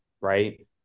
right